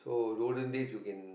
so olden days you can